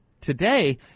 today